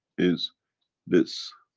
is this.